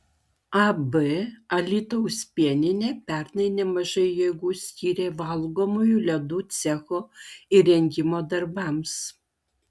ab alytaus pieninė pernai nemažai jėgų skyrė valgomųjų ledų cecho įrengimo darbams